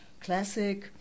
classic